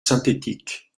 synthétique